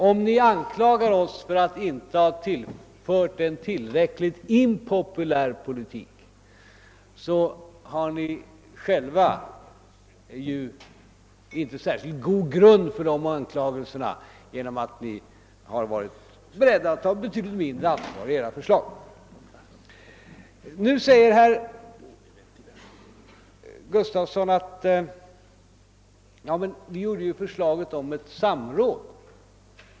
Då ni anklagar oss för att inte ha fört en tillräckligt impopulär politik har ni inte särskilt god grund för denna anklagelse, då ni själva varit beredda att ta betydligt mindre ansvar i era förslag. Men nu säger herr Gustafson i Göteborg att man ju lagt fram förslag om ett samråd.